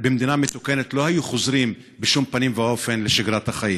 במדינה מתוקנת לא היו חוזרים בשום פנים ואופן לשגרת החיים.